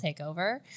takeover